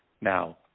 Now